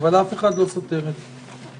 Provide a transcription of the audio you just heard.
אף אחד לא סותר את זה.